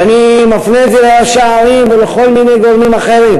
ואני מפנה את זה לראשי ערים ולכל מיני גורמים אחרים: